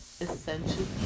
essentially